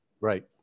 Right